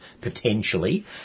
potentially